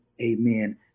Amen